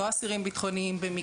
במקרה לא אסירים בטחוניים,